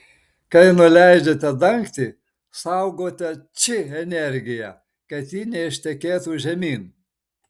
kai nuleidžiate dangtį saugote či energiją kad ji neištekėtų žemyn